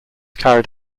carried